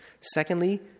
Secondly